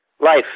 life